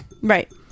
Right